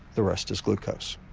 the rest is glucose.